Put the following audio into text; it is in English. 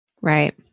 right